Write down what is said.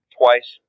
twice